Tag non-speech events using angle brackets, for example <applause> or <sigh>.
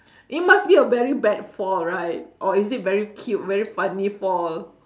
<breath> it must be a very bad fall right or is it very cute very funny fall